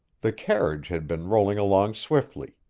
the carriage had been rolling along swiftly.